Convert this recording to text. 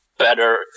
better